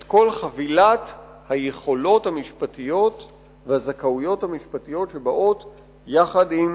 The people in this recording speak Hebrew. את כל חבילת היכולות המשפטיות והזכאויות המשפטיות שבאות יחד עם